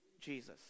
Jesus